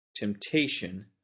Temptation